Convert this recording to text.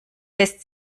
lässt